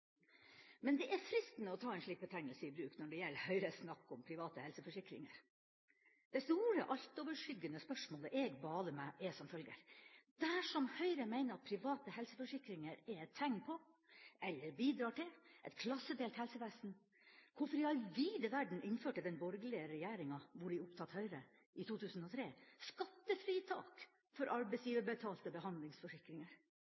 Men det er fristende å ta en slik betegnelse i bruk når det gjelder Høyres snakk om private helseforsikringer. Det store, altoverskyggende spørsmålet jeg baler med, er som følger: Dersom Høyre mener at private helseforsikringer er et tegn på – eller bidrar til – et klassedelt helsevesen, hvorfor i all vide verden innførte den borgerlige regjeringa, hvori opptatt Høyre, i 2003 skattefritak for